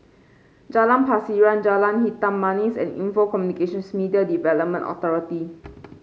Jalan Pasiran Jalan Hitam Manis and Info Communications Media Development Authority